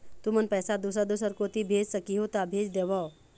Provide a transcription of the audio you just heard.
तुमन पैसा दूसर दूसर कोती भेज सखीहो ता भेज देवव?